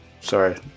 Sorry